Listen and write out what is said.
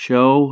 Show